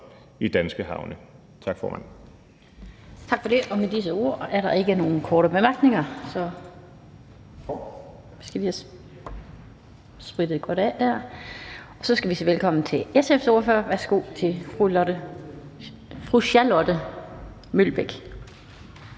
(Annette Lind): Tak for det. Der er ikke nogen korte bemærkninger. Så skal vi sige velkommen til SF's ordfører. Værsgo til fru Charlotte Broman